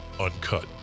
uncut